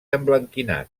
emblanquinat